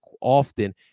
often